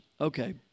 Okay